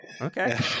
Okay